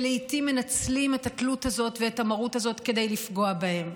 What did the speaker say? שלעיתים מנצלים את התלות הזאת ואת המרות הזאת כדי לפגוע בהם.